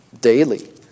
daily